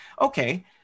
okay